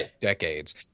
decades